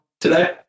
today